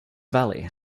valley